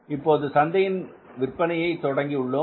இப்போது சந்தையில் விற்பனையை தொடங்கி உள்ளோம்